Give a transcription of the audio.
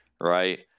Right